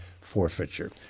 forfeiture